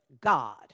God